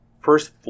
first